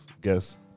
guess